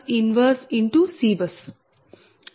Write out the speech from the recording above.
ఇప్పుడు VBUSYBUS 1CBUS